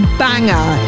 banger